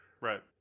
Right